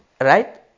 Right